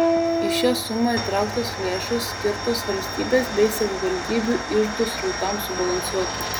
į šią sumą įtrauktos lėšos skirtos valstybės bei savivaldybių iždų srautams subalansuoti